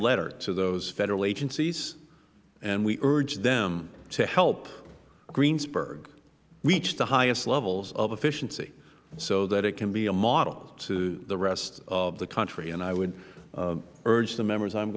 letter to those federal agencies and we urge them to help greensburg reach the highest levels of efficiency so that it can be a model to the rest of the country i would urge the members i